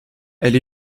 elle